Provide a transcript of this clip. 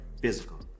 physical